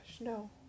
No